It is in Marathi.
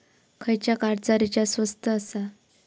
खयच्या कार्डचा रिचार्ज स्वस्त आसा?